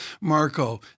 Marco